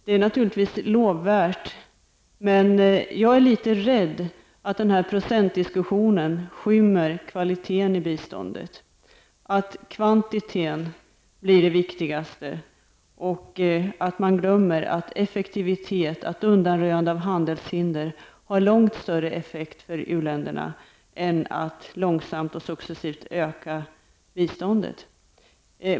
Det är naturligtvis lovvärt, men jag är litet rädd att den här procentdiskussionen skymmer kvaliteten i biståndet, att kvantiteten blir det viktigaste och att man glömmer att effektivitet och undanröjande av handelshinder har långt större effekt för u-länderna än att långsamt och successivt öka biståndet.